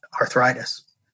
arthritis